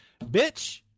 Bitch